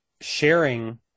sharing